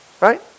right